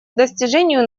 достижению